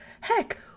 Heck